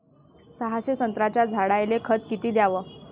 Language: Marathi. सहाशे संत्र्याच्या झाडायले खत किती घ्याव?